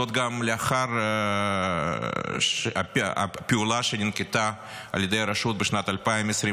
זאת גם לאחר הפעולה שננקטה על ידי הרשות בשנת 2022,